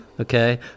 Okay